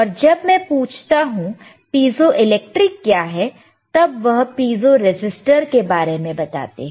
और जब मैं पूछता हूं की पीजोइलेक्ट्रिक क्या है तब वह पीजो रेसिस्टर के बारे में बताते है